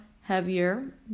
heavier